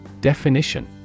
Definition